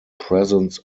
presence